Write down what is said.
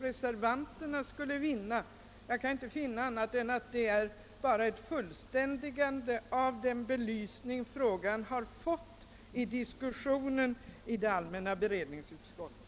Det ekonomiska argumentet innebär bara ett fullständigande av den belysning frågan har fått genom diskussionen i allmänna beredningsutskottet.